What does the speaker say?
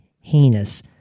heinous